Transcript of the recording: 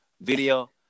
video